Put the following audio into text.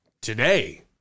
today